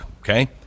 okay